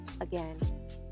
again